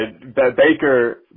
Baker